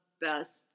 best